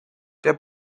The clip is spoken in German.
der